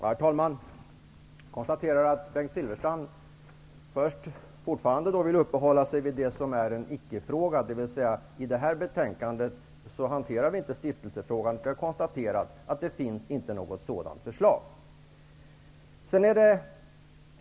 Herr talman! Jag konstater att Bengt Silfverstrand fortfarande vill uppehålla sig vid något som är en icke-fråga, dvs. stiftelsefrågan. Den tas inte upp i detta betänkande. Jag konstaterar att det inte finns något sådant förslag.